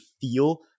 feel